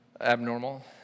abnormal